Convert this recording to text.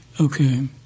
okay